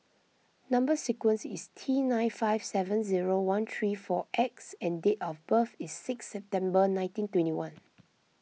Number Sequence is T nine five seven zero one three four X and date of birth is six September nineteen twenty one